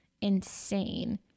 insane